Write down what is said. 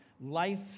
life